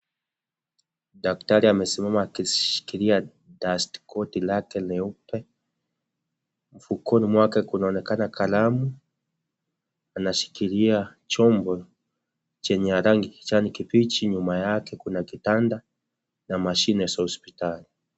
Daktari amesimama akishikilia dastikoti lake leupe, mfukoni mwake kunaonekana kalamu, anashikilia chombo chenye rangi ya kijani kibichi nyuma yake kuna kitanda na mashine za hospitali.